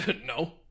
No